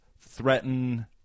threaten